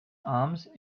arms